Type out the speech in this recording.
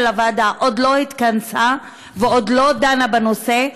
הוועדה עוד לא התכנסה ועוד לא דנה בנושא.